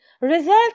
result